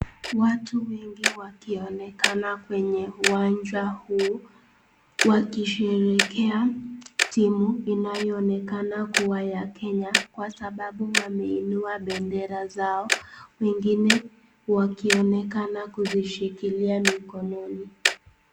Watu wengi wakionekana kwenye uwanja huu, wakisherekea timu inayoonekana kuwa ya kenya kwa sababu wameinua bendera zao, wengine wakionekana kuzishikilia mikononi.